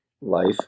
life